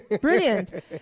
Brilliant